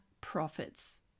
profits